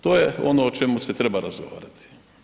To je ono o čemu se treba razgovarati.